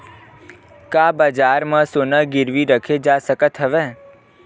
का बजार म सोना गिरवी रखे जा सकत हवय?